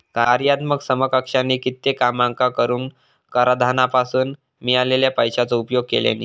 कार्यात्मक समकक्षानी कित्येक कामांका करूक कराधानासून मिळालेल्या पैशाचो उपयोग केल्यानी